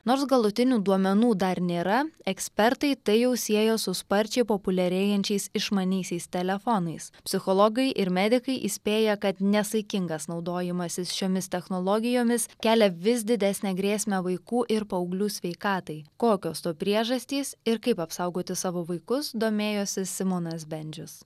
nors galutinių duomenų dar nėra ekspertai tai jau siejo su sparčiai populiarėjančiais išmaniaisiais telefonais psichologai ir medikai įspėja kad nesaikingas naudojimasis šiomis technologijomis kelia vis didesnę grėsmę vaikų ir paauglių sveikatai kokios to priežastys ir kaip apsaugoti savo vaikus domėjosi simonas bendžius